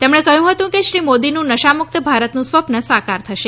તેમણે કહ્યું હતું કે શ્રી મોદીનું નશા મુક્ત ભારતનું સ્વપ્ન સાકાર થશે